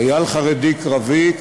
חיילים חרדים קרביים,